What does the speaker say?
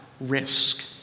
risk